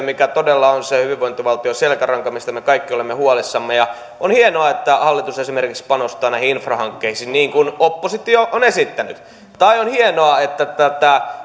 mikä todella on se hyvinvointivaltion selkäranka mistä me kaikki olemme huolissamme on hienoa että hallitus esimerkiksi painostaa näihin infrahankkeisiin niin kuin oppositio on esittänyt tai on hienoa että tätä